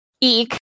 eek